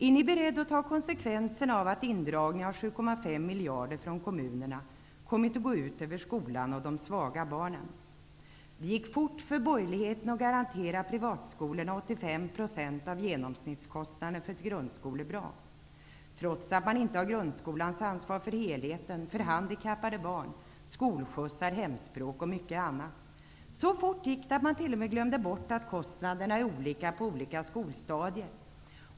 Är ni beredda att ta konsekvenserna av att indragningen av 7,5 miljarder från kommunerna kommit att gå ut över skolan och de svaga barnen? Det gick fort för borgerligheten att garantera privatskolorna 85 % av genomsnittskostnaden för ett grundskolebarn, trots att man inte har grundskolans ansvar för helheten -- för handikappade barn, skolskjutsar, hemspråk och mycket annat. Så fort gick det att man till och med glömde bort att kostnaderna är olika på olika skolstadier.